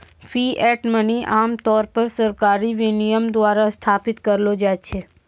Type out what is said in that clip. fiat money आम तौर पर सरकारी विनियमन द्वारा स्थापित करलो जाय छै